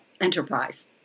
enterprise